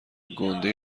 گُنده